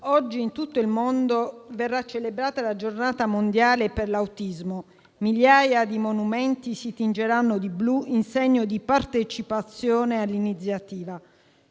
oggi in tutto il mondo verrà celebrata la Giornata mondiale della consapevolezza dell'autismo, migliaia di monumenti si tingeranno di blu in segno di partecipazione all'iniziativa.